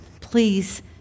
Please